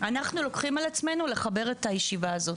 אנחנו לוקחים על עצמנו לחבר את הישיבה הזאת.